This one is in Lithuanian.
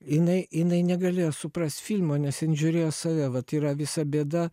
jinai jinai negalėjo suprast filmo nes jin žiūrėjo į save vat yra visa bėda